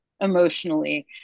emotionally